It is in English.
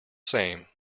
same